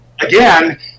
again